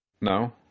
No